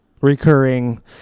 recurring